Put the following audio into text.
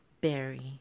Berry